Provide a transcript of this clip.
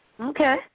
Okay